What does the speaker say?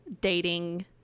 dating